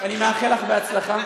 ואני מאחל לך הצלחה.